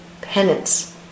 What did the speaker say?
penance